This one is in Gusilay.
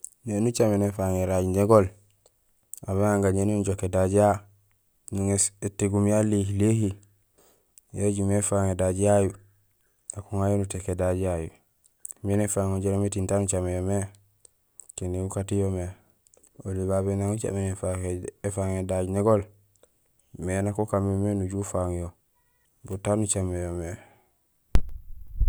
Ēni ucaméné éfaaŋ éraaj négool, aw béŋaar gañéni nujook édaaj ya, nuŋéés étégum ya léhiléhi, yajumé éfaaŋ édaaj yayu, nak uŋayo nufaaŋ édaaj yayu, miin éfaaŋ yo jaraam étiiŋ taan ucaméén yo mé kinding ukaat yo mé. Oli babé éni ucaméén éfaaŋ édaaj négool, nak ukaan mémé nuju ufaaŋ yo bu taan ucaméén yo mé.